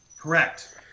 Correct